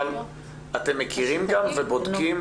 אתם מכירים ובודקים?